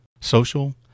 social